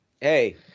hey